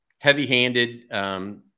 heavy-handed